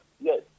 yes